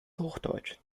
hochdeutsch